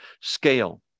scale